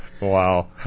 Wow